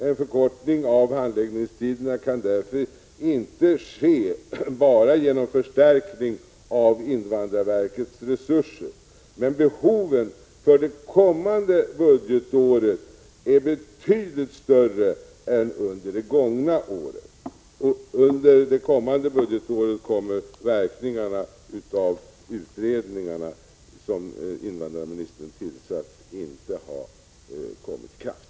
En förkortning av handläggningstiderna kan därför inte ske bara genom förstärkning av invandrarverkets resurser. Behoven för det kommande budgetåret är dock betydligt större än under det gångna. Dessutom kommer under det förestående budgetåret verkningarna av de utredningar som invandrarministern tillsatt inte att ha trätt i kraft.